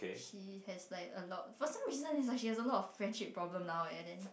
she has like a lot for some reason it's like she has a lot of friendship problem now eh then